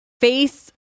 face